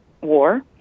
war